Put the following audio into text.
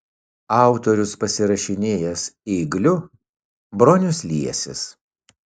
autorius pasirašinėjęs ėgliu bronius liesis